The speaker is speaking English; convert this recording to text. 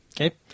okay